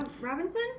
robinson